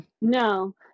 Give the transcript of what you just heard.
No